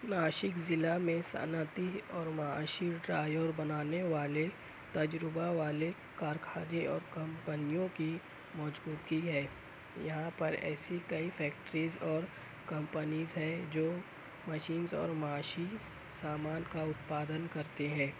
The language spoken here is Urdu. ناسک ضلع میں صنعتی اور معاشی ٹرایور بنانے والے تجربہ والے کارخانے اور کمپنیوں کی موجودگی ہے یہاں پر ایسی کئی فیکٹریز اور کمپنیز ہیں جو مشینس اور معاشی سامان کا اتپادن کرتے ہیں